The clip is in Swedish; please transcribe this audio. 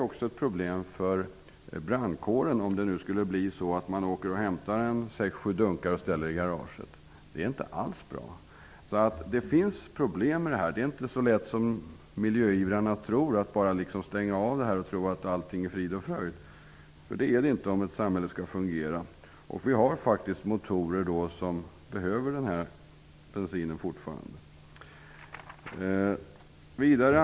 Om det nu skulle bli så att man åker och hämtar en sex sju dunkar och ställer i garaget uppstår det problem också för brandkåren. Det är inte alls bra. Det finns problem. Det är inte så lätt som miljöivrarna tror. Det är inte bara att stänga av och tro att allt är frid och fröjd. Så kan man inte göra om samhället skall fungera. Vi har faktiskt motorer som behöver denna bensin fortfarande.